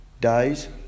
days